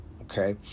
Okay